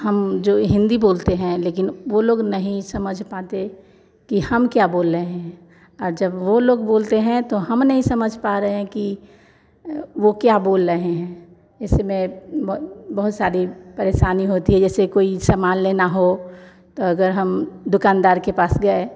हम जो हिन्दी बोलते हैं लेकिन वो लोग नहीं समझ पाते कि हम क्या बोल रहे हैं और जब वो लोग बोलते हैं तो हम नहीं समझ पा रहे हैं कि वो क्या बोल रहे हैं इसमें ब बहुत सारी परेशानी होती है जैसे कोई सामान लेना हो तो अगर हम दुकानदार के पास गए